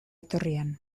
etorrian